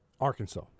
Arkansas